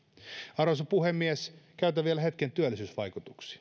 arvoisa puhemies käytän vielä hetken työllisyysvaikutuksiin